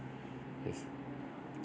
it's